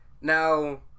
Now